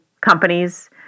companies